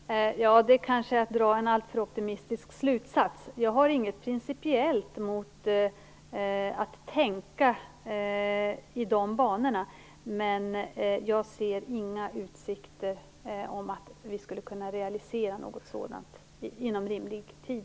Fru talman! Det är kanske att dra en alltför optimistisk slutsats. Jag har inget principiellt emot att tänka i de banorna, men jag ser inga utsikter till att vi skulle kunna realisera något sådant inom rimlig tid.